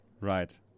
Right